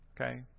Okay